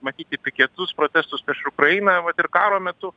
matyti piketus protestus prieš ukrainą vat ir karo metu